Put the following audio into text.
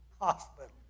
hospital